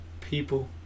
people